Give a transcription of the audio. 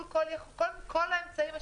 עם כל האמצעים האפשריים.